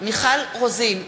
מיכל רוזין,